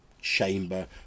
chamber